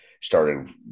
started